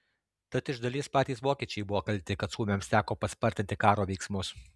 tad iš dalies patys vokiečiai buvo kalti kad suomiams teko paspartinti karo veiksmus